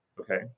okay